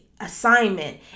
assignment